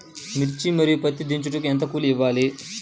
మిర్చి మరియు పత్తి దించుటకు ఎంత కూలి ఇవ్వాలి?